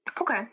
Okay